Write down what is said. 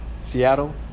Seattle